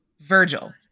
Virgil